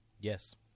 Yes